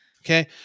Okay